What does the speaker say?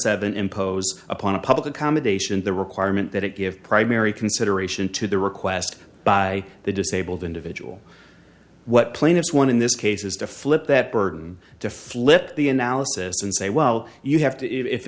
seven impose upon a public accommodation the requirement that it give primary consideration to the request by the disabled individual what plaintiffs won in this case is to flip that burden to flip the analysis and say well you have to if